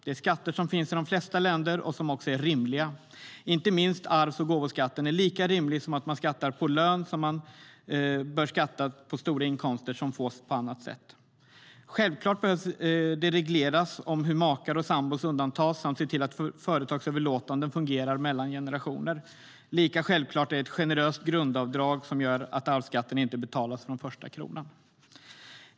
Det är skatter som finns i de flesta länder och som också är rimliga, inte minst arvs och gåvoskatten. Lika rimligt som att skatta på lön är det att skatta på stora inkomster som erhålls på annat sätt. Självklart behöver man reglera hur makar och sambor undantas samt se till att företagsöverlåtelser fungerar mellan generationer. Lika självklart är ett generöst grundavdrag som gör att arvsskatten inte betalas från första kronan.